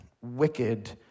wicked